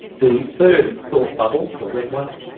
the third thought bubble the red one